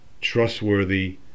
trustworthy